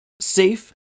safe